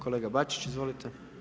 Kolega Bačić, izvolite.